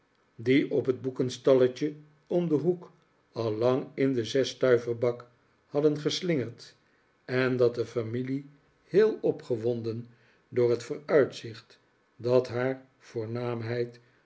die op het boekenstalletje om den hoek al lang in den zes stuiversbak hadden geslingerd en dat de familie heel opgewonden door het vooruitzicht dat haar voornaamheid